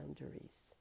boundaries